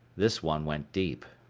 this one went deep.